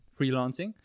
freelancing